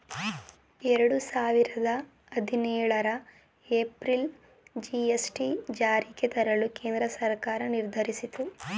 ಎರಡು ಸಾವಿರದ ಹದಿನೇಳರ ಏಪ್ರಿಲ್ ಜಿ.ಎಸ್.ಟಿ ಜಾರಿಗೆ ತರಲು ಕೇಂದ್ರ ಸರ್ಕಾರ ನಿರ್ಧರಿಸಿತು